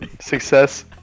Success